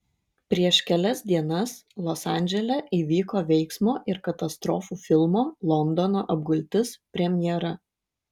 prieš kelias dienas los andžele įvyko veiksmo ir katastrofų filmo londono apgultis premjera